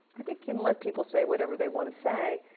i think, can let people say whatever they want to say,